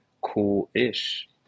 cool-ish